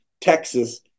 Texas